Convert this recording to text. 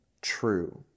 true